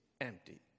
empty